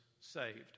saved